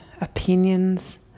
opinions